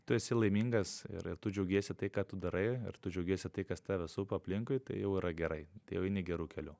tu esi laimingas ir ir tu džiaugiesi tai ką tu darai tu džiaugiesi tai kas tave supa aplinkui tai jau yra gerai tai jau eini geru keliu